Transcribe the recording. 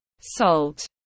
salt